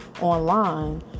online